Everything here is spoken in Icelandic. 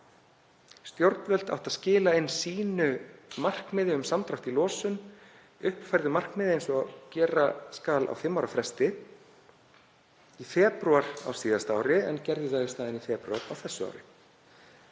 Stjórnvöld áttu að skila inn markmiði sínu um samdrátt í losun, uppfærðu markmiði eins og gera skal á fimm ára fresti, í febrúar á síðasta ári en gerðu það í staðinn í febrúar á þessu ári.